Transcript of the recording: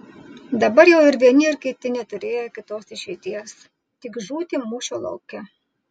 dabar jau ir vieni ir kiti neturėjo kitos išeities tik žūti mūšio lauke